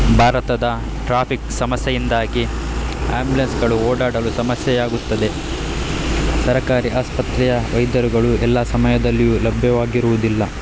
ಭಾರತದ ಟ್ರಾಫಿಕ್ ಸಮಸ್ಯೆಯಿಂದಾಗಿ ಆ್ಯಂಬ್ಯುಲೆನ್ಸ್ಗಳು ಓಡಾಡಲು ಸಮಸ್ಯೆಯಾಗುತ್ತದೆ ಸರಕಾರಿ ಆಸ್ಪತ್ರೆಯ ವೈದ್ಯರುಗಳು ಎಲ್ಲಾ ಸಮಯದಲ್ಲಿಯು ಲಭ್ಯವಾಗಿರುವುದಿಲ್ಲ